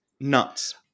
nuts